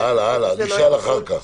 נשאל אחר כך.